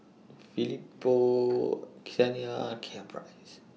Felipa Saniyah and Caprice